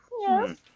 Yes